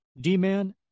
D-Man